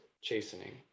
chastening